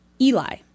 Eli